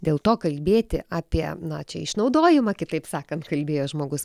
dėl to kalbėti apie na čia išnaudojimą kitaip sakant kalbėjo žmogus